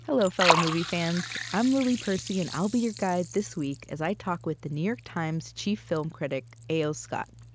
hello, movie fans. i'm lily percy, and i'll be your guide this week as i talk with the new york times' chief film critic, a o. scott.